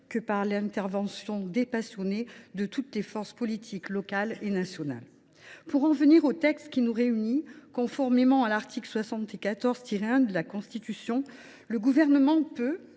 que par l’intervention dépassionnée de toutes les forces politiques, locales et nationales. Pour en venir au texte qui nous réunit, l’article 74 1 de la Constitution dispose qu’à